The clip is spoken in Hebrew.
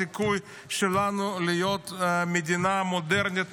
הסיכוי שלנו להיות מדינה מודרנית,